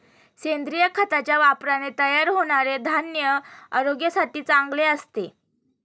सेंद्रिय खताच्या वापराने तयार होणारे धान्य आरोग्यासाठी चांगले असते